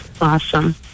awesome